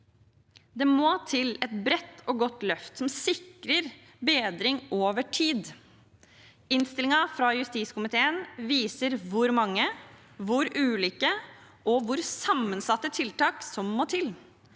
Det må til et bredt og godt løft som sikrer bedring over tid. Innstillingen fra justiskomiteen viser hvor mange, hvor ulike og hvor sammensatte tiltak som må til.